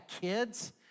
kids